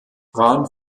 rahn